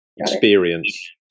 experience